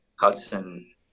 Hudson